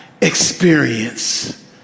experience